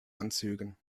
anzügen